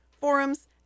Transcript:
forums